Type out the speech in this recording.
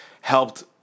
helped